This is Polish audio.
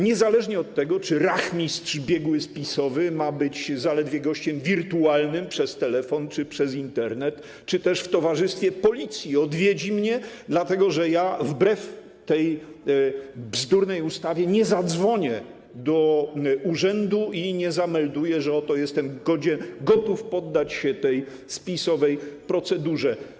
Niezależnie od tego, czy rachmistrz biegły spisowy ma być zaledwie gościem wirtualnym, przez telefon czy przez Internet, czy też w towarzystwie policji odwiedzi mnie, dlatego że ja, wbrew tej bzdurnej ustawie, nie zadzwonię do urzędu i nie zamelduję, że oto jestem gotów poddać się tej spisowej procedurze.